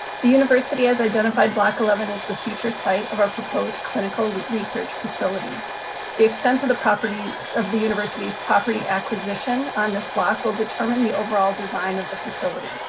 the university has identified block eleven as the future site of our proposed clinical research facility. the extent of the property, of the university's property acquisition on this block will determine the overall design of the facility.